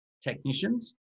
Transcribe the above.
technicians